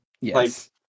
Yes